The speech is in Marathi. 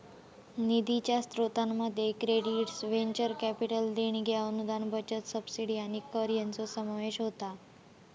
निधीच्या स्रोतांमध्ये क्रेडिट्स, व्हेंचर कॅपिटल देणग्या, अनुदान, बचत, सबसिडी आणि कर हयांचो समावेश होता